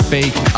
Fake